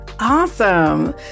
Awesome